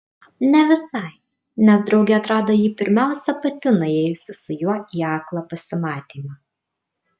ne visai nes draugė atrado jį pirmiausia pati nuėjusi su juo į aklą pasimatymą